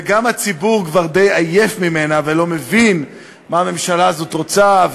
וגם הציבור די עייף ממנה ולא מבין מה הממשלה הזאת רוצה,